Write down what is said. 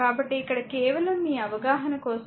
కాబట్టిఇక్కడ కేవలం మీ అవగాహన కోసం